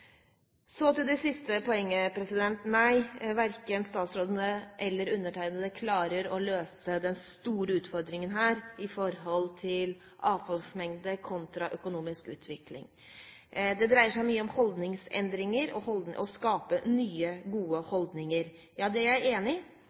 Så til det siste poenget: Nei, verken statsråden eller jeg klarer å løse den store utfordringen her i forhold til avfallsmengde kontra økonomisk utvikling. Det dreier seg mye om holdningsendringer og å skape nye, gode holdninger. Det er jeg enig